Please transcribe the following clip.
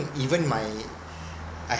even my I